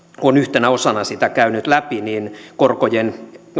on yhtenä osana sitä käynyt läpi niin korkojen